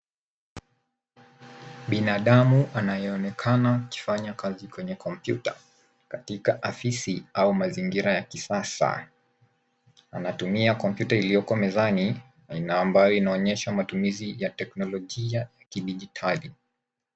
Binadamu anayeonekana akifanya kazi kwenye kompyuta katika ofisi au mazingira ya kisasa. Anatumia kompyuta iliyoko mezani na ambayo inaonyesha matumizi ya teknolojia kidijitali.